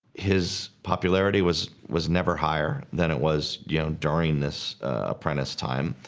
his popularity was was never higher than it was, you know, during this apprentice time,